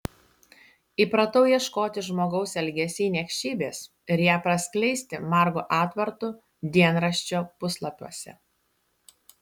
įpratau ieškoti žmogaus elgesy niekšybės ir ją praskleisti margu atvartu dienraščio puslapiuose